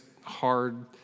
hard